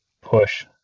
push